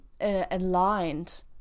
aligned